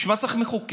בשביל מה צריך מחוקק?